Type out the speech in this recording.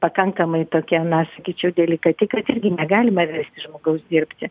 pakankamai tokia na sakyčiau delikati kad irgi negalime versti žmogaus dirbti